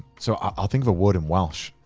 so i'll think of a word in welsh.